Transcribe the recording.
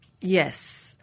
Yes